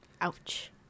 Ouch